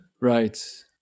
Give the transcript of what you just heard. Right